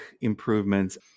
improvements